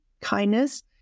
kindness